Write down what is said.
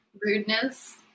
Rudeness